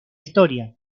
historia